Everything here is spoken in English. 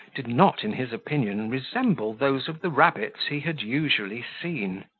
did not, in his opinion, resemble those of the rabbits he had usually seen.